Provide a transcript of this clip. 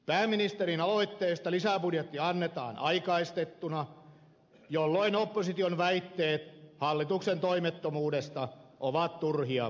pääministerin aloitteesta lisäbudjetti annetaan aikaistettuna jolloin opposition väitteet hallituksen toimettomuudesta ovat turhia puheita